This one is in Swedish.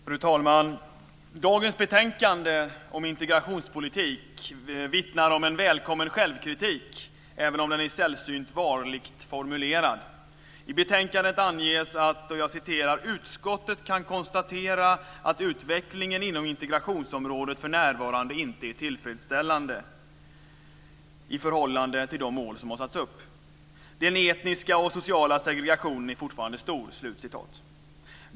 Fru talman! Dagens betänkande om integrationspolitik vittnar om en välkommen självkritik, även om den är sällsynt varligt formulerad. I betänkandet anges: "Utskottet kan konstatera att utvecklingen inom integrationsområdet för närvarande inte är tillfredsställande i förhållande till de mål som ställts upp. Den etniska och sociala segregationen är fortfarande stor."